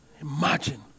Imagine